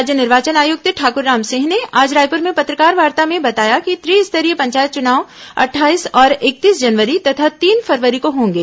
राज्य निर्वाचन आयुक्त ठाकुर रामसिंह ने आज रायपुर में पत्रकारवार्ता में बताया कि त्रिस्तरीय पंचायत चुनाव अट्ठाईस और इकतीस जनवरी तथा तीन फरवरी को होंगे